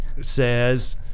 says